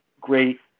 great